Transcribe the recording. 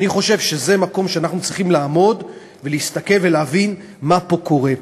אני חושב שזה מקום שאנחנו צריכים לעמוד ולהסתכל ולהבין מה פה קורה.